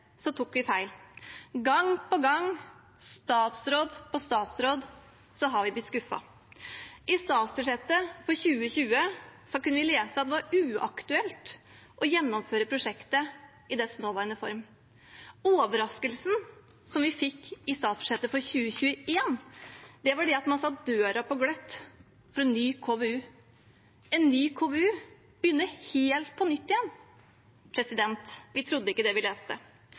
tok vi feil. Gang på gang – statsråd etter statsråd – har vi blitt skuffet. I statsbudsjettet for 2020 kunne vi lese at det var uaktuelt å gjennomføre prosjektet i dets nåværende form. Overraskelsen vi fikk i statsbudsjettet for 2021, var at man satte døren på gløtt for en ny KVU. En ny KVU begynner helt på nytt igjen, vi trodde ikke det vi leste.